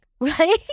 right